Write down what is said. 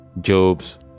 Job's